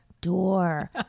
door